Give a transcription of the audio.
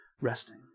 Resting